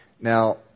Now